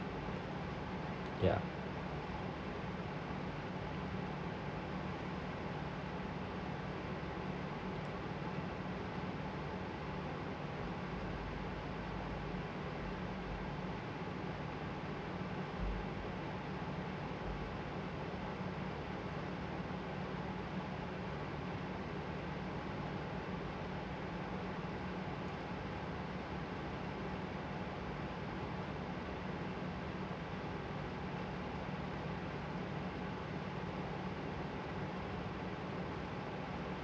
ya